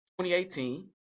2018